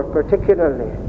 particularly